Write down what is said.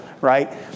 right